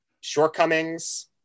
Shortcomings